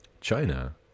China